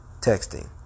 texting